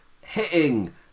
hitting